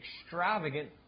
extravagant